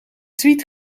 tweet